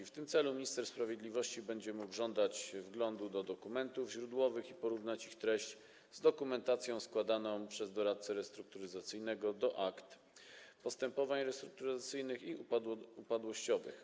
W tym celu minister sprawiedliwości będzie mógł żądać wglądu do dokumentów źródłowych i porównać ich treść z dokumentacją składaną przez doradcę restrukturyzacyjnego do akt postępowań restrukturyzacyjnych i upadłościowych.